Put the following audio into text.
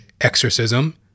exorcism